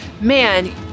man